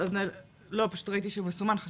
הביאה עד היום לארץ 19,000 ילדים וילדות